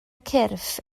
cyrff